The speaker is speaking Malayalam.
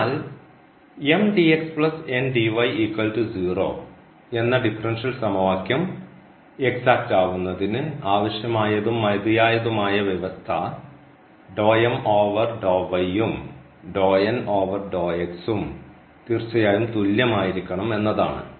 അതിനാൽ എന്ന ഡിഫറൻഷ്യൽ സമവാക്യം എക്സാക്റ്റ് ആവുന്നതിന് ആവശ്യമായതും മതിയായതുമായ വ്യവസ്ഥ യും ഉം തീർച്ചയായും തുല്യമായിരിക്കണം എന്നതാണ്